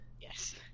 Yes